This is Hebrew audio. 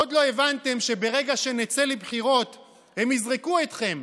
עוד לא הבנתם שברגע שנצא לבחירות הם יזרקו אתכם